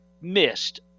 missed